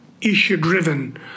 issue-driven